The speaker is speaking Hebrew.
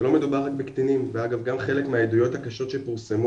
שלא מדובר רק בקטינים ואגב חלק מהעדויות הקשות שפורסמו